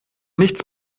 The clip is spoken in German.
nichts